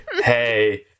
hey